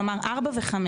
כלומר על 4 ו-5.